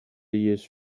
used